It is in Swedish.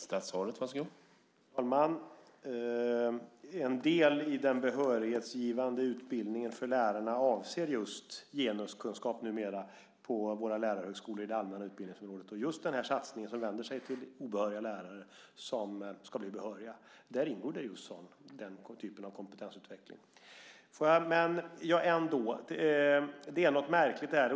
Herr talman! En del i den behörighetsgivande utbildningen för lärare avser just genuskunskap numera på våra lärarhögskolor på det allmänna utbildningsområdet, och i den satsning som vänder sig till obehöriga lärare som ska bli behöriga ingår den typen av kompetensutveckling. Men det är något märkligt här.